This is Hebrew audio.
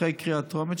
אחרי הקריאה הטרומית,